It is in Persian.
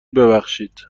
ببخشید